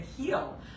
heal